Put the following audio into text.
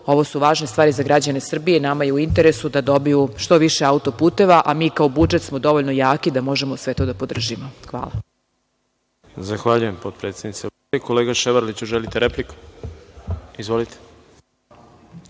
Ovu su važne stvari za građane Srbije. Nama je u interesu da dobiju što više autoputeva, a mi kao budžet smo dovoljno jaki da možemo sve to da podržimo. Hvala. **Đorđe Milićević** Zahvaljujem, potpredsednice Vlade. Kolega Ševarliću, želite repliku? Izvolite.